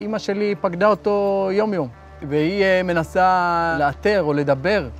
אמא שלי פקדה אותו יום-יום, והיא מנסה לאתר או לדבר.